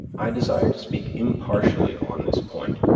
i desire to speak impartially on this point,